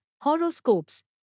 horoscopes